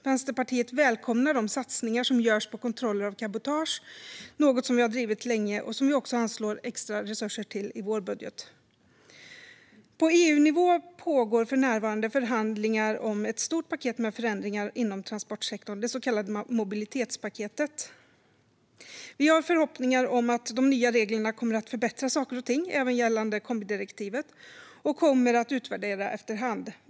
Vänsterpartiet välkomnar de satsningar som görs på kontroller av cabotage. Det är något som vi har drivit länge och som vi också anslår extra resurser till i vår budget. På EU-nivå pågår för närvarande förhandlingar om ett stort paket med förändringar inom transportsektorn, det så kallade mobilitetspaketet. Vi har förhoppningar om att de nya reglerna kommer att förbättra saker och ting, även gällande kombidirektivet, och kommer att utvärdera dem efter hand.